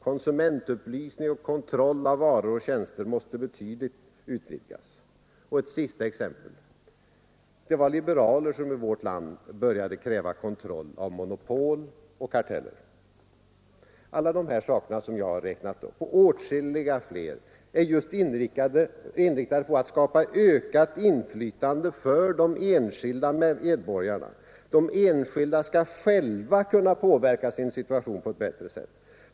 Konsumentupplysning och kontroll av varor och tjänster måste betydligt utvidgas. Ett sista exempel: det var liberaler som i vårt land började kräva kontroll av monopol och karteller. Alla dessa saker som jag räknat upp och åtskilliga fler är just inriktade på att skapa ökat inflytande för de enskilda medborgarna. De enskilda skall själva kunna påverka sin situation på ett bättre sätt.